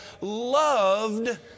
loved